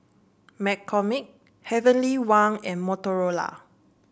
McCormick Heavenly Wang and Motorola